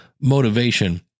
motivation